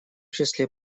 числе